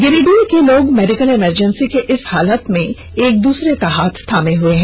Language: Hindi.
गिरिडीह के लोग मेडिकल इमरजेंसी के इस हालात में एक दूसरे का हाथ थामे हुए हैं